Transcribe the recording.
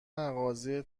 مغازه